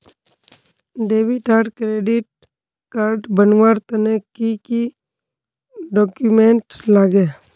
Debit आर credit card बनवार तने की की डॉक्यूमेंट लागे?